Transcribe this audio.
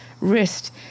wrist